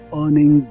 earning